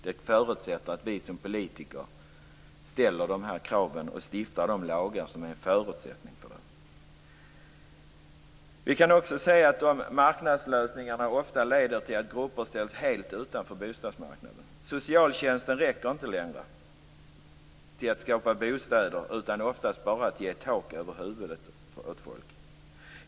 Detta ansvar förutsätter att vi som politiker ställer de krav och stiftar de lagar som är en förutsättning för det. Vi kan också se att marknadslösningarna ofta leder till att grupper ställs helt utanför bostadsmarknaden. Socialtjänsten räcker inte längre när det gäller att skapa bostäder utan ger oftast bara tak över huvudet åt folk.